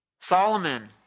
Solomon